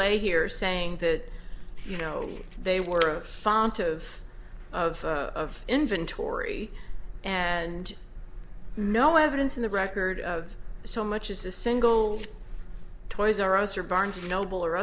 a here saying that you know they were a font of of of inventory and no evidence in the record so much as a single toys r us or barnes and noble or